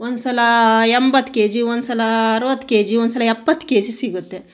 ಒಂದುಸಲಾ ಎಂಬತ್ತು ಕೆಜಿ ಒಂದುಸಲ ಅರವತ್ತು ಕೆಜಿ ಒಂದುಸಲ ಎಪ್ಪತ್ತು ಕೆಜಿ ಸಿಗುತ್ತೆ